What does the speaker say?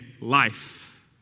life